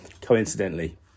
Coincidentally